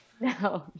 No